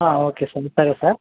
okay అండి సరే sir